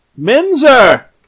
Minzer